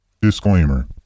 Disclaimer